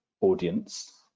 audience